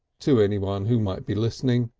to anyone who might be listening,